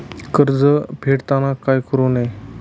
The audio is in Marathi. कर्ज फेडताना काय करु नये?